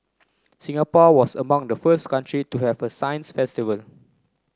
Singapore was among the first country to have a science festival